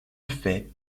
fait